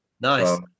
nice